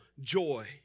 joy